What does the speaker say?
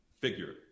figure